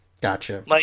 Gotcha